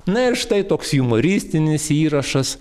na ir štai toks jumoristinis įrašas